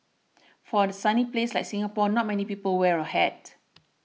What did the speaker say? for a sunny place like Singapore not many people wear a hat